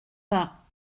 pas